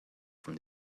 from